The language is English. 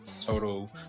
total